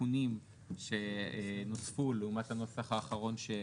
התיקונים שנוספו לעומת הנוסח האחרון שהוקרא.